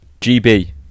GB